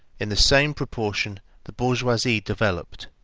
in the same proportion the bourgeoisie developed,